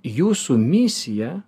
jūsų misija